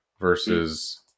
versus